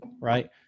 right